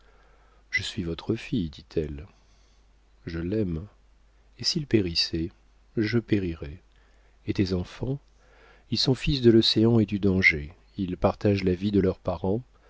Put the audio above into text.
je suis votre fille dit-elle je l'aime et s'il périssait je périrais et tes enfants ils sont fils de l'océan et du danger ils partagent la vie de leurs parents